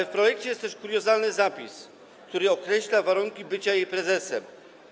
W projekcie jest też kuriozalny zapis, który określa warunki bycia jej prezesem.